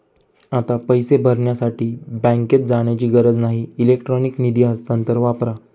आता पैसे भरण्यासाठी बँकेत जाण्याची गरज नाही इलेक्ट्रॉनिक निधी हस्तांतरण वापरा